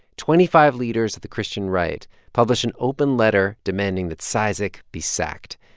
twenty five leaders of the christian right published an open letter demanding that cizik be sacked.